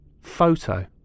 Photo